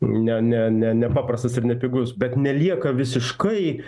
ne ne ne nepaprastas ir nepigus bet nelieka visiškai